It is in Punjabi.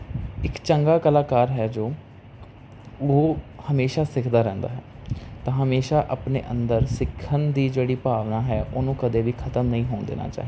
ਇੱਕ ਚੰਗਾ ਕਲਾਕਾਰ ਹੈ ਜੋ ਉਹ ਹਮੇਸ਼ਾ ਸਿੱਖਦਾ ਰਹਿੰਦਾ ਹੈ ਤਾਂ ਹਮੇਸ਼ਾ ਆਪਣੇ ਅੰਦਰ ਸਿੱਖਣ ਦੀ ਜਿਹੜੀ ਭਾਵਨਾ ਹੈ ਉਹਨੂੰ ਕਦੇ ਵੀ ਖਤਮ ਨਹੀਂ ਹੋਣ ਦੇਣਾ ਚਾਹੀਦਾ